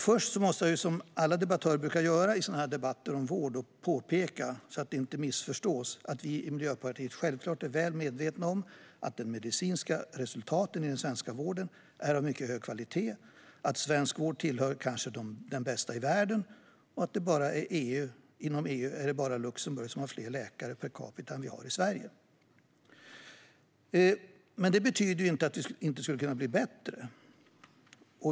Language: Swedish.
Först måste jag som alla debattörer brukar göra i debatter om vård påpeka, så att det inte missförstås, att vi i Miljöpartiet självklart är väl medvetna om att de medicinska resultaten i den svenska vården är av mycket hög kvalitet. Svensk vård hör till den bästa i världen, och inom EU är det bara Luxemburg som har fler läkare per capita än vad vi har i Sverige. Det betyder inte att vi inte kan bli bättre.